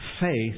Faith